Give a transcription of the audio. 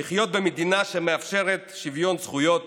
לחיות במדינה שמאפשרת שוויון זכויות